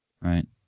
Right